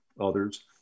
others